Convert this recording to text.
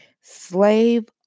slave